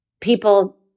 people